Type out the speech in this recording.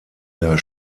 der